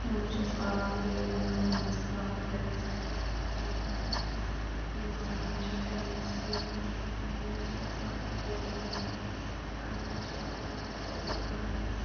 یِمو چھِ اَسہِ واریاہ یِمو کَرِمَژٕ گاندربَل ڈسٹرکَس مَنٛز چھِ یمو کَرِمَژٕ یِم گورمٮ۪نٹ کامہِ چھکھ کَرِمَژٕ یِمٕے یِمٕے چھِ اَسہِ واریاہ فٲیدٕ مَند واتناوان کَنگنٕکۍ چھِ واتناوان فٲیدٕ کَنگنہٕ کٮ۪ن